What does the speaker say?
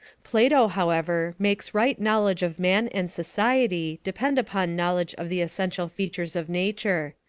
plato, however, makes right knowledge of man and society depend upon knowledge of the essential features of nature.